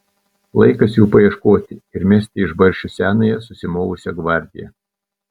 laikas jų paieškoti ir mesti iš barščių senąją susimovusią gvardiją